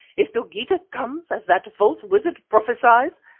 if dogeetah comes, as that false wizard prophesies,